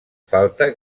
falta